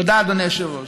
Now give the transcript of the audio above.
תודה, אדוני היושב-ראש.